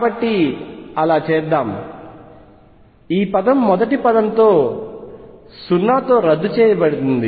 కాబట్టి అలా చేద్దాం ఈ పదం మొదటి పదం 0 తో రద్దు చేయబడుతుంది